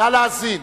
נא להאזין.